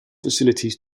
facilities